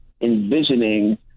envisioning